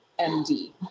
md